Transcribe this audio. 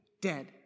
dead